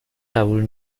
قبول